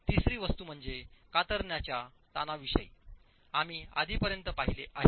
तिसरी वस्तू म्हणजे कातरणाच्या ताणाविषयी आम्ही आधीपर्यंत पाहिले आहे